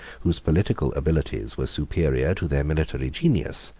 whose political abilities were superior to their military genius,